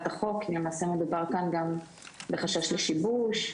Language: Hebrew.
החוק כי למעשה מדובר כאן גם בחשש לשיבוש.